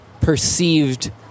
perceived